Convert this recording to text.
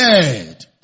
dead